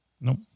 Nope